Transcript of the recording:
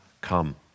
come